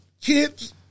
kids